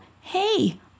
hey